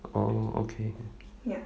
oh okay